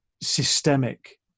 systemic